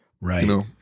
Right